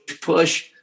push